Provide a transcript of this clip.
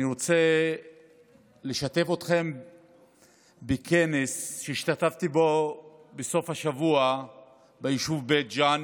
אני רוצה לשתף אתכם בכנס שהשתתפתי בו בסוף השבוע ביישוב בית ג'ן